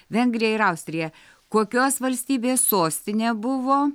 vengrija ir austrija kokios valstybės sostinė buvo